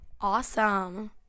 Awesome